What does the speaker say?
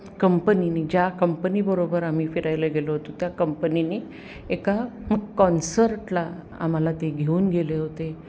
कंपनीने ज्या कंपनीबरोबर आम्ही फिरायला गेलो होतो त्या कंपनीने एका कॉन्सर्टला आम्हाला ते घेऊन गेले होते